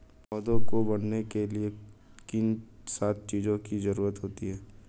पौधों को बढ़ने के लिए किन सात चीजों की जरूरत होती है?